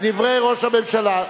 דברי ראש הממשלה?